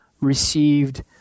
received